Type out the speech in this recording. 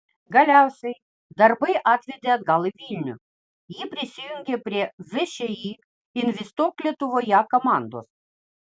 galiausiai darbai atvedė atgal į vilnių ji prisijungė prie všį investuok lietuvoje komandos